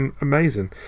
amazing